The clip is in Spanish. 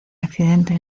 accidente